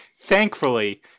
thankfully